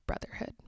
brotherhood